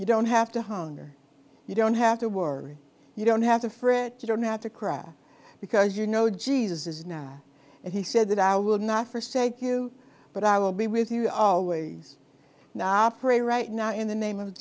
you don't have to hunger you don't have to worry you don't have to fret you don't have to cry because you know jesus is now and he said that i will not for sake you but i will be with you always offer a right now in the name of